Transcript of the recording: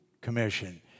commission